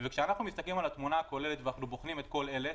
כשאנחנו מסתכלים על התמונה הכוללת ואנחנו בוחנים את כל אלה,